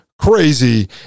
crazy